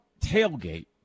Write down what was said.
tailgate